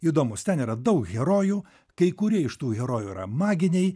įdomus ten yra daug herojų kai kurie iš tų herojų yra maginiai